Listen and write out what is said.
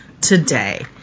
today